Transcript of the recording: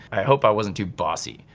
i hope i wasn't too bossy,